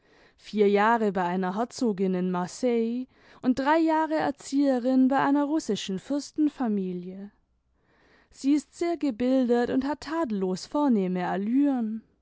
vier jahre bei einer herzogen in marseille und drei jahre erzieherin bei einer russischen fürstenfamilie sie ist sehr gebildet und hat tadellos vornehme allüren